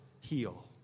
heal